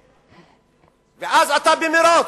ואז אתה במירוץ,